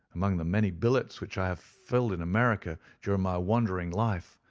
among the many billets which i have filled in america during my wandering life,